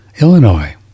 Illinois